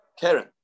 Karen